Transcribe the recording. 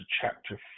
chapter